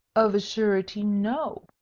of a surety, no!